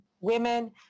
women